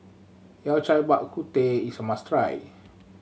Yao Cai Bak Kut Teh is a must try